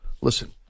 listen